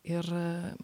ir a